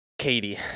Katie